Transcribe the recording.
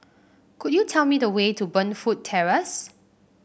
could you tell me the way to Burnfoot Terrace